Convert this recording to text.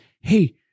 Hey